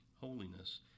holiness